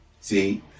See